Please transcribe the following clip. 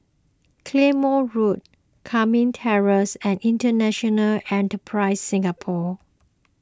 Claymore Road Lakme Terrace and International Enterprise Singapore